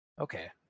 okay